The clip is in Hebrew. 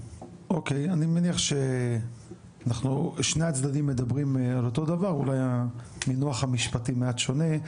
אני מניח ששני הצדדים מדברים על אותו דבר אולי המינוח המשפטי מעט שונה,